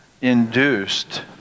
induced